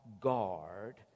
guard